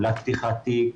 עמלת פתיחת תיק,